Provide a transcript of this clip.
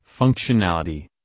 functionality